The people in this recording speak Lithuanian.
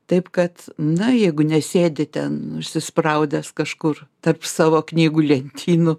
taip kad na jeigu nesėdi ten įsispraudęs kažkur tarp savo knygų lentynų